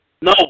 No